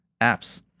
apps